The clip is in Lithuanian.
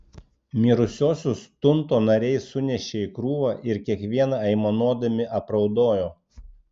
mirusiuosius tunto nariai sunešė į krūvą ir kiekvieną aimanuodami apraudojo